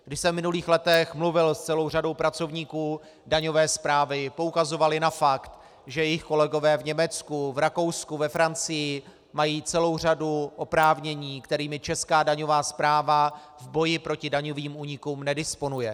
Když jsem v minulých letech mluvil s celou řadou pracovníků daňové správy, poukazovali na fakt, že jejich kolegové v Německu, v Rakousku, ve Francii mají celou řadu oprávnění, kterými česká daňová správa v boji proti daňovým únikům nedisponuje.